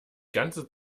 ganze